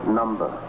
number